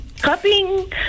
cupping